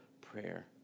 prayer